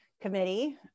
committee